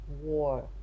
war